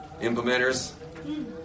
implementers